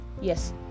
yes